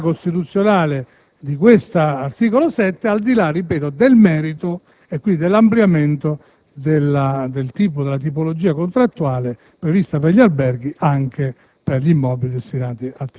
sulla legittimità costituzionale dell'articolo 7, al di là del merito e quindi dell'ampliamento della tipologia contrattuale prevista per gli alberghi agli immobili